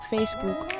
Facebook